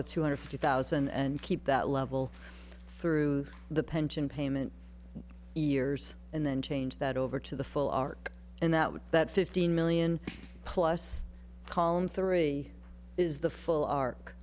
with two hundred fifty thousand and keep that level through the pension payment years and then change that over to the full arc and that would that fifteen million plus column three is the full